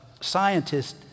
scientists